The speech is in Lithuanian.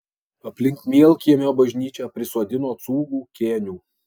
aplink mielkiemio bažnyčią prisodino cūgų kėnių